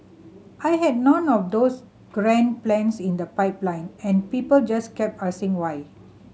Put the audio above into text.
I had none of those grand plans in the pipeline and people just kept asking why